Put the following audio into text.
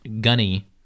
Gunny